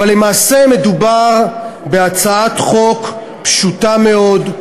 אבל למעשה מדובר בהצעת חוק פשוטה מאוד,